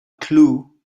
clue